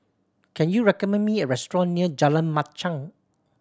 can you recommend me a restaurant near Jalan Machang